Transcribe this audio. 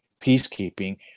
peacekeeping